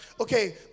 Okay